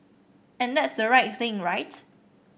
and that's the right thing right